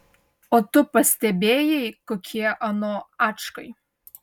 o tu pastebėjai kokie ano ačkai